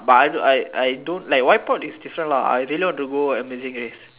but I do I I don't like wipe out is this like I really want to go amazing race